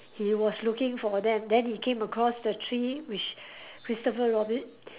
he was looking for them then he came across the tree which Christopher Robin